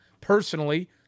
personally